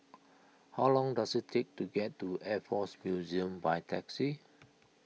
how long does it take to get to Air force Museum by taxi